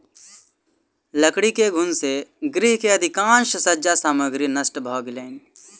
लकड़ी के घुन से गृह के अधिकाँश सज्जा सामग्री नष्ट भ गेलैन